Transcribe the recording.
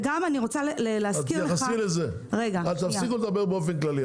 תתייחסי לזה - לא באופן כללי.